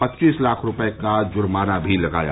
पच्चीस लाख रुपये का जुर्माना भी लगाया